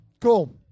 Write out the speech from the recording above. cool